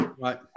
Right